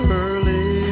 early